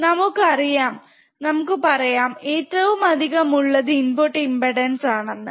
അല്ലെങ്കിൽ നമുക്ക് പറയാം ഏറ്റവും അധികം ഉള്ളത് ഇൻപുട് ഇമ്പ്പെടാൻസ് ആണെന്ന്